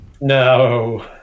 No